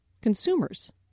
consumers